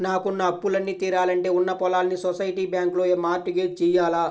నాకున్న అప్పులన్నీ తీరాలంటే ఉన్న పొలాల్ని సొసైటీ బ్యాంకులో మార్ట్ గేజ్ జెయ్యాల